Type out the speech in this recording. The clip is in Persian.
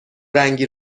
رنگی